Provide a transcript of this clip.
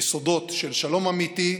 יסודות של שלום אמיתי,